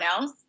else